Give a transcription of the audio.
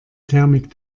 thermik